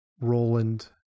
Roland